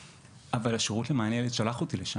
אבל השירות למען הילד שלח אותי לשם,